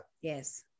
Yes